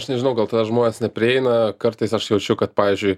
aš nežinau gal tada žmonės neprieina kartais aš jaučiu kad pavyzdžiui